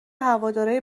هوادارای